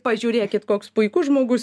pažiūrėkit koks puikus žmogus